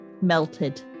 melted